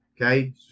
okay